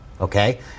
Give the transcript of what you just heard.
okay